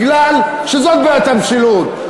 כי זאת בעיית המשילות.